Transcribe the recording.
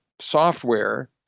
Software